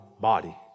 body